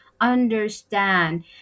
understand